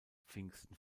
pfingsten